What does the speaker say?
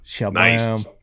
nice